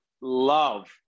love